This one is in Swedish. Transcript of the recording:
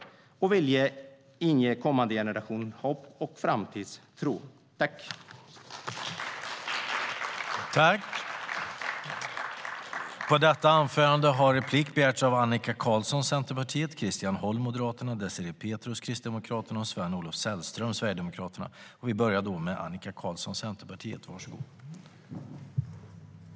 Vi vill inge kommande generationer hopp och framtidstro.